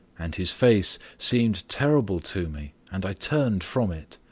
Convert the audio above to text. and his face seemed terrible to me and i turned from it.